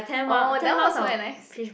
orh that one also very nice